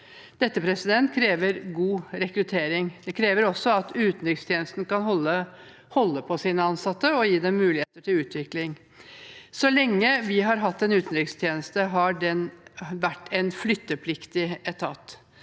Dette krever god rekruttering. Det krever også at utenrikstjenesten kan holde på sine ansatte og gi dem muligheter til utvikling. Så lenge vi har hatt en utenrikstjeneste, har den vært en flyttepliktig etat.